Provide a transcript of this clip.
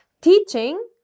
Teaching